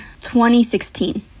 2016